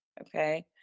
Okay